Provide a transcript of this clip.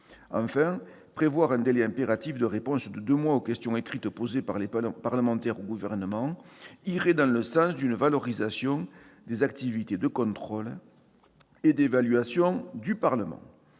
Enfin, prévoir un délai impératif de réponse de deux mois aux questions écrites posées par les parlementaires au Gouvernement irait dans le sens d'une valorisation des activités de contrôle et d'évaluation du Parlement.